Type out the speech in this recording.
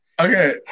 Okay